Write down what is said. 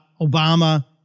Obama